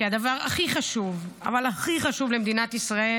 כי הדבר הכי חשוב, אבל הכי חשוב למדינת ישראל,